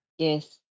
Yes